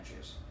choose